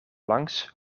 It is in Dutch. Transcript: langs